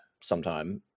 sometime